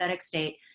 state